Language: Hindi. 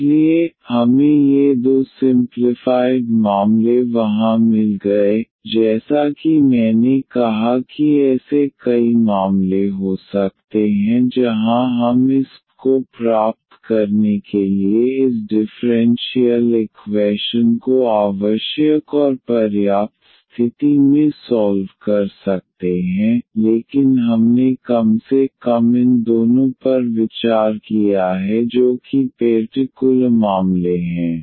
इसलिए हमें ये दो सिंप्लिफाइड मामले वहां मिल गए जैसा कि मैंने कहा कि ऐसे कई मामले हो सकते हैं जहां हम इस I को प्राप्त करने के लिए इस डिफ़्रेंशियल इक्वैशन को आवश्यक और पर्याप्त स्थिति में सॉल्व कर सकते हैं लेकिन हमने कम से कम इन दोनों पर विचार किया है जो कि पेर्टिकुलर मामले हैं